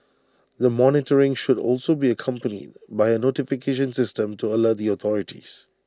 the monitoring should also be accompanied by A notification system to alert the authorities